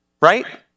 right